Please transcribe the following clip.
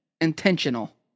intentional